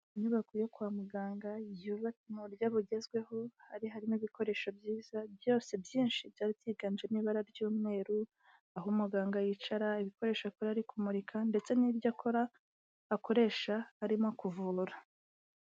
Inyubako kwa muganga yubatswe mu buryo bugezweho, hari harimo ibikoresho byiza byose byinshi byari byiganje mu ibara ry'umweru, aho umuganga yicara, ibikoresho akora ari kumurika ndetse n'ibyo akora akoresha arimo kuvura.